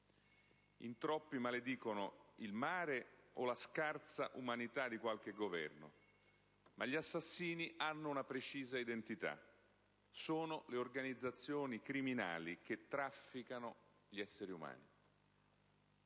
In troppi maledicono il mare o la scarsa umanità di qualche Governo, ma gli assassini hanno una precisa identità: sono le organizzazioni criminali che trafficano gli esseri umani.